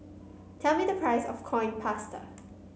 tell me the price of Coin Past